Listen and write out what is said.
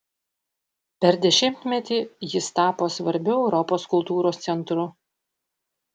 per dešimtmetį jis tapo svarbiu europos kultūros centru